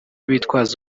bitwaza